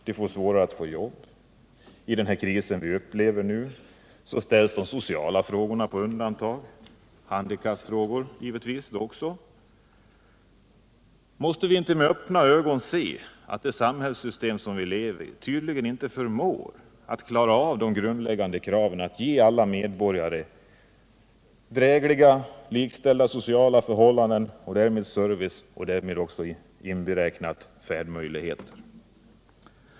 De har svårare att få jobb. I den kris vi upplever nu ställs de sociala frågorna och handikappfrågorna på undantag. Vi måste med öppna ögon se att detta samhällssystem tydligen inte förmår klara de grundläggande kraven, att ge alla medborgare drägliga, likställda sociala förhållanden och därmed service, inberäknat bl.a. färdmöjligheter.